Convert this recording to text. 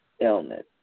illness